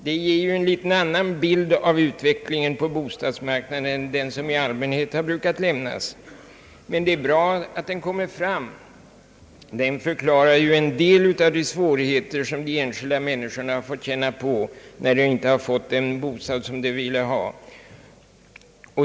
Detta ger ju en något annan bild av utvecklingen på bostadsmarknaden än den man i allmänhet har lämnat; men det är bra att verkliga förhållandet kommer fram. Det förklarar ju en del av de enskilda människornas svårigheter att få en bostad som de velat ha.